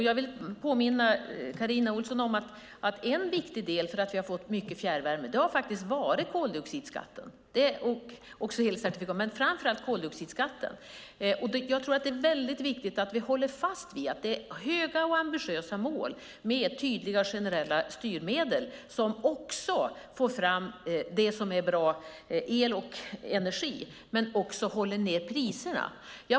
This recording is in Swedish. Jag vill påminna Carina Ohlsson om att en viktig del för att vi har fått mycket fjärrvärme har faktiskt varit koldioxidskatten och elcertifikaten, men framför allt koldioxidskatten. Det är väldigt viktigt att vi håller fast vid det höga och ambitiösa målet med tydliga och generella styrmedel som får fram bra el och energi men också håller nere priserna.